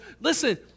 listen